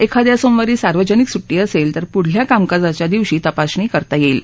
एखाद्या सोमवारी सार्वजनिक सुट्टी असेल तर पुढल्या कामकाजाच्या दिवशी तपासणी करता येईल